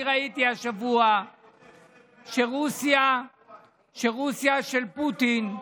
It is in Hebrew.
אני ראיתי השבוע שרוסיה של פוטין,